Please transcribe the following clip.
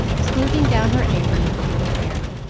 smoothing down her apron, with a little air.